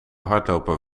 hardloper